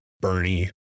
Bernie